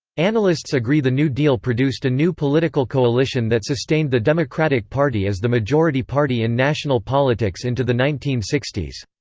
analysts agree the new deal produced a new political coalition that sustained the democratic party as the majority party in national politics into the nineteen sixty s.